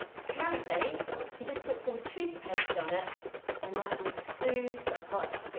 apparently you just put some toothpaste on it and that will soothe the hot